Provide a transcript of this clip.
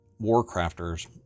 Warcrafters